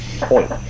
point